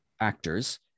actors